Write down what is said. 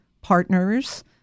partners